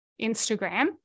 Instagram